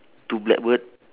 two black bird